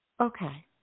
Okay